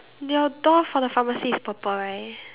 your door for the pharmacy is purple right